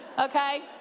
Okay